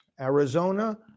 Arizona